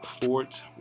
Fort